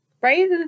right